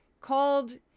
called